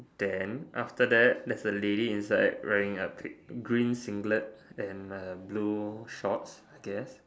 then after that there's a lady inside wearing a green singlet and uh blue shorts I guess